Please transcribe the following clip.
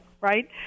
right